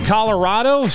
Colorado